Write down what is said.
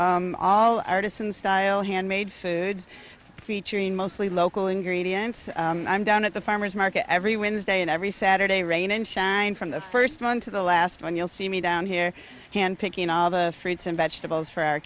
all artisan style handmade foods featuring mostly local ingredients i'm down at the farmers market every wednesday and every saturday rain and shine from the first one to the last one you'll see me down here hand picking all the fruits and vegetables